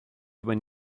when